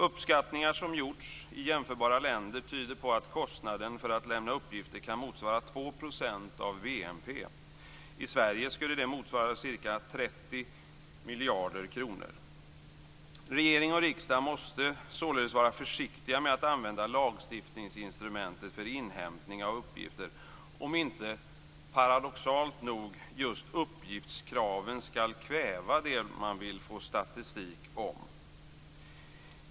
Uppskattningar som har gjorts i jämförbara länder tyder på att kostnaden för inlämnande av uppgifter kan motsvara 2 % av BNP. I Sverige skulle det motsvara ca 30 miljarder kronor. Regering och riksdag måste således vara försiktiga med att använda lagstiftningsinstrumentet för inhämtning av uppgifter om inte uppgiftskraven, paradoxalt nog, ska kväva det som man vill få statistik om.